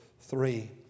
three